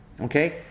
Okay